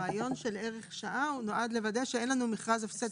הרעיון של ערך שעה נועד לוודא שאין לנו מכרז הפסד,